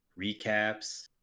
recaps